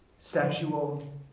Sexual